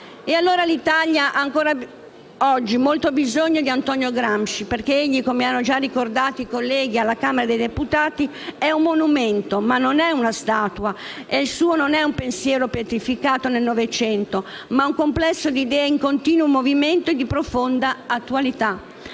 allora, ha ancora oggi molto bisogno di Antonio Gramsci perché egli - come hanno già ricordato i colleghi della Camera dei deputati - è un monumento, ma non è una statua, e il suo non è un pensiero pietrificato nel Novecento, ma un complesso di idee in continuo movimento e di profonda attualità.